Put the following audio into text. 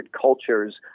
cultures